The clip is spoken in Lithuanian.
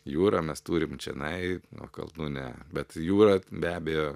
jūrą mes turim čionai o kalnų ne bet jūra be abejo